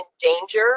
danger